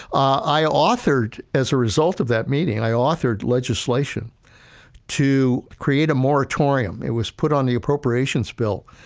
i authored as a result of that meeting, i authored legislation to create a moratorium, it was put on the appropriations bill.